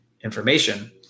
information